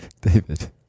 David